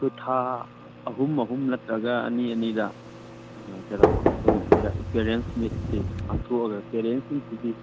ꯑꯩꯈꯣꯏ ꯊꯥ ꯑꯍꯨꯝ ꯑꯍꯨꯝ ꯅꯠꯇꯔꯒ ꯑꯅꯤ ꯑꯅꯤꯗ ꯀꯩꯗꯧꯕ ꯑꯩꯈꯣꯏꯅ ꯄꯦꯔꯦꯟꯁ ꯃꯤꯠꯀꯤ ꯄꯥꯡꯊꯣꯛꯑꯒ